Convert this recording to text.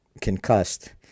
concussed